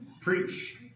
Preach